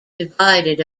divided